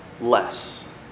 less